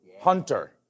Hunter